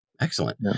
Excellent